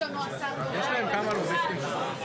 וגם אם יש רשויות שיש בהם כמה עוזרי ראש עיר,